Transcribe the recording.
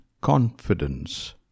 Confidence